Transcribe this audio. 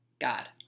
God